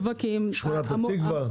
שכונת התקווה?